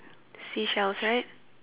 seashells rights